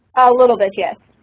a little bit, yes.